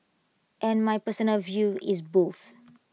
and my personal view is both